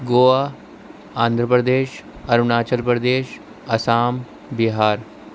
Goa Andhra Pradesh Arunachal Pradesh Assam Bihar